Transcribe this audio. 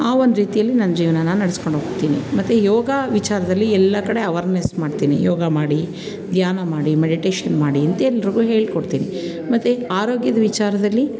ಆ ಒಂದು ರೀತಿಯಲ್ಲಿ ನಾನು ಜೀವನನ ನಡೆಸ್ಕೊಂಡೋಗ್ತೀನಿ ಮತ್ತು ಯೋಗ ವಿಚಾರದಲ್ಲಿ ಎಲ್ಲ ಕಡೆ ಅವರ್ನೆಸ್ ಮಾಡ್ತೀನಿ ಯೋಗ ಮಾಡಿ ಧ್ಯಾನ ಮಾಡಿ ಮೆಡಿಟೇಶನ್ ಮಾಡಿ ಅಂತ ಎಲ್ರಿಗೂ ಹೇಳ್ಕೊಡ್ತೀನಿ ಮತ್ತು ಆರೋಗ್ಯದ ವಿಚಾರದಲ್ಲಿ